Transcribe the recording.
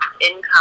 income